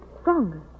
stronger